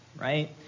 right